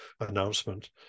announcement